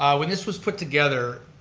um when this was put together,